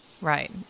Right